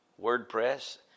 WordPress